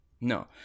No